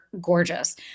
gorgeous